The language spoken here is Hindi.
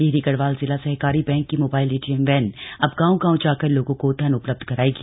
टिहरी गढ़वाल जिला सहकारी बैंक की मोबाइल एटीएम वैन अब गांव गांव जाकर लोगों को धन उपलब्ध कराएगी